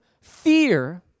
fear